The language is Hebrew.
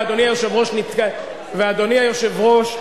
ואדוני היושב-ראש,